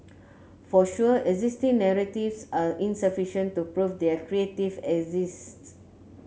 for sure existing narratives are insufficient to prove there creative exists